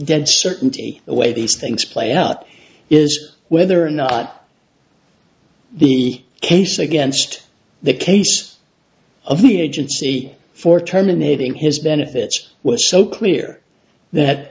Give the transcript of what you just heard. dead certainty the way these things play out is whether or not the case against the case of the agency for terminating his benefits was so clear that